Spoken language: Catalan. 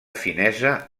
finesa